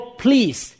please